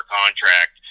contract